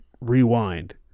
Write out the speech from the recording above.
rewind